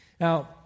Now